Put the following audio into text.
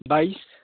बाइस